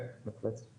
כן, בהחלט.